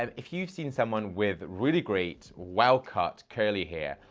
um if you've seen someone with really great, well-cut curly hair,